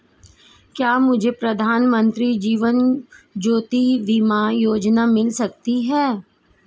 क्या मुझे प्रधानमंत्री जीवन ज्योति बीमा योजना मिल सकती है?